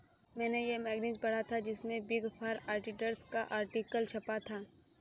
मेने ये मैगज़ीन पढ़ा था जिसमे बिग फॉर ऑडिटर्स का आर्टिकल छपा था